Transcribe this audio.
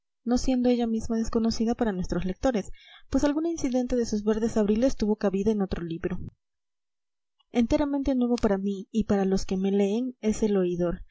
no siendo ella misma desconocida para nuestros lectores pues algún incidente de sus verdes abriles tuvo cabida en otro libro enteramente nuevo para mí y para los que me leen es el oidor